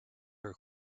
her